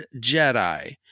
Jedi